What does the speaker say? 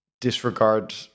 disregard